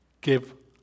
give